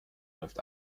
läuft